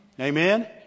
Amen